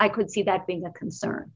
i could see that being the concern